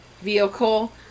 vehicle